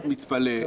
אני גם מתפלא.